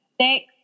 six